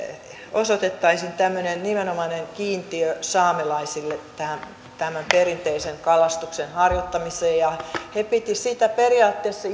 osoitettaisiin tämmöinen nimenomainen kiintiö saamelaisille tämän perinteisen kalastuksen harjoittamiseen he pitivät sitä periaatteessa